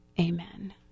Amen